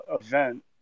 event